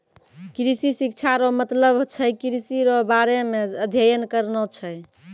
कृषि शिक्षा रो मतलब छै कृषि रो बारे मे अध्ययन करना छै